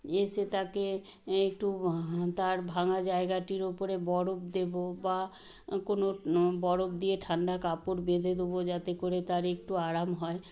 এসে তাকে একটু তার ভাঙা জায়গাটির উপরে বরফ দেব বা কোনো বরফ দিয়ে ঠান্ডা কাপড় বেঁধে দেব যাতে করে তার একটু আরাম হয়